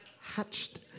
Hatched